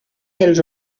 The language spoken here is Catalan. dels